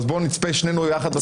אז בוא נצפה שנינו יחד.